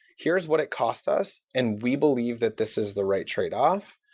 here is what it cost us and we believe that this is the right tradeoff.